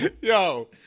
Yo